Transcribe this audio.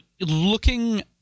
looking